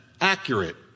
accurate